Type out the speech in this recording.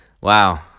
Wow